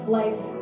life